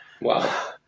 Wow